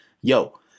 yo